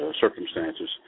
circumstances